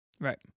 Right